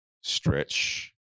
stretch